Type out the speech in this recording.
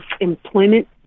employment